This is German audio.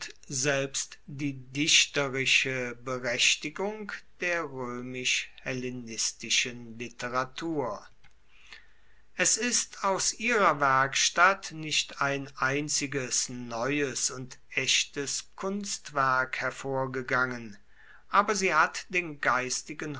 selbst die dichterische berechtigung der roemisch hellenistischen literatur es ist aus ihrer werkstatt nicht ein einziges neues und echtes kunstwerk hervorgegangen aber sie hat den geistigen